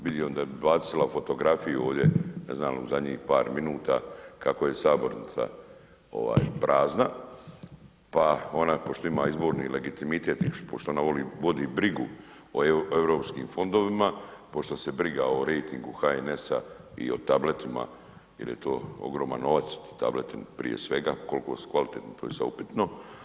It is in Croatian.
Vidim da je bacila fotografiju ne znam u zadnjih par minuta kako je sabornica prazna pa ona pošto ima izborni legitimitet i pošto ona vodi brigu o europskim fondovima, pošto se briga o rejtingu HNS-a i o tabletima jer je to ogroman novac tableti, prije svega, koliko su kvalitetni, to je sada upitno.